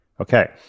Okay